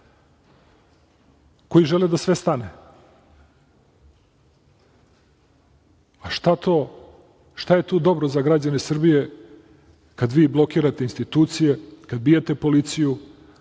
koji žele da sve stane.A šta je to dobro za građane Srbije kada vi blokirate institucije, kad bijete policiju,